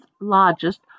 largest